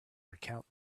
recount